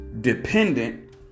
dependent